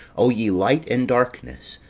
o ye light and darkness,